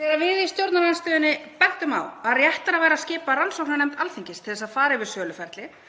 Þegar við í stjórnarandstöðunni bentum á að réttara væri að skipa rannsóknarnefnd Alþingis til að fara yfir söluferlið